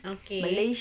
okay